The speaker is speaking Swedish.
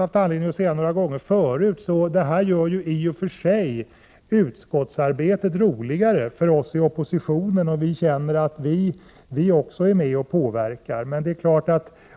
Det gör ju i och för sig utskottsarbetet roligare för oss i oppositionen, och vi känner att vi också är med och påverkar. Men